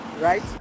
right